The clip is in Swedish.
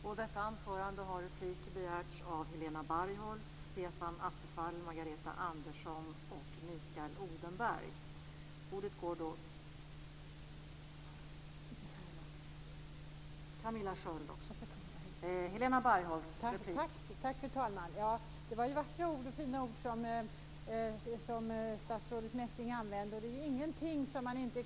Fru talman! Det var vackra och fina ord som statsrådet Messing använde.